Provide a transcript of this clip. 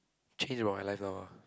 change about my life now ah